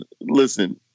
listen